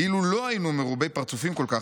אילו לא היינו מרובי פרצופים כל כך,